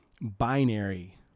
binary